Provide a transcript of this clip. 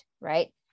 right